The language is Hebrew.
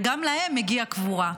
וגם להם מגיעה קבורה,